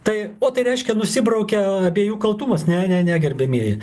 tai o tai reiškia nusibraukia abiejų kaltumas ne ne ne gerbiamieji